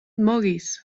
moguis